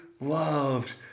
loved